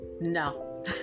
No